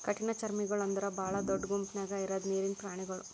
ಕಠಿಣಚರ್ಮಿಗೊಳ್ ಅಂದುರ್ ಭಾಳ ದೊಡ್ಡ ಗುಂಪ್ ನ್ಯಾಗ ಇರದ್ ನೀರಿನ್ ಪ್ರಾಣಿಗೊಳ್